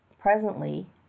presently